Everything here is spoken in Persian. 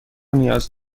نیاز